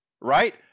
right